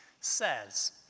says